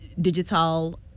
digital